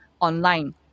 online